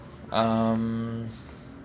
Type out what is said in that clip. um